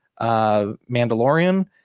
Mandalorian